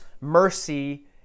mercy